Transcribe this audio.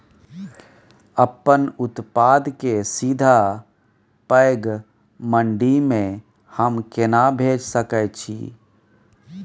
अपन उत्पाद के सीधा पैघ मंडी में हम केना भेज सकै छी?